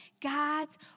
God's